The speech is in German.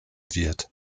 wird